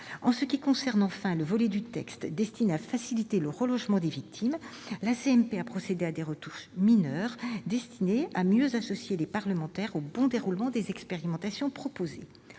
En ce qui concerne, enfin, le volet du texte destiné à faciliter le relogement des victimes, la commission mixte paritaire a procédé à des retouches mineures, destinées à mieux associer les parlementaires au bon déroulement des expérimentations proposées.